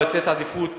לתת עדיפות